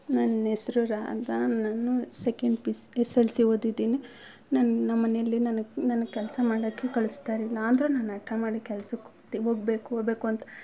ನನ್ನ ಹೆಸ್ರು ರಾಧಾ ನಾನು ಸೆಕೆಂಡ್ ಪಿಸ್ ಎಸ್ ಅಲ್ ಸಿ ಓದಿದ್ದೀನಿ ನನ್ನ ನಮ್ಮಮನೇಲ್ಲಿ ನನಗೆ ನನಗೆ ಕೆಲಸ ಮಾಡೋಕ್ಕೆ ಕಳಿಸ್ತಾಯಿರ್ಲಿಲ್ಲ ಆದರೂ ನಾನು ಹಠ ಮಾಡಿ ಕೆಲ್ಸಕ್ಕೆ ಹೋಗ್ತಿ ಹೋಗ್ಬೇಕು ಹೋಬೇಕು ಅಂತ